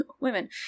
women